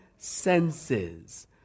Senses